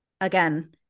Again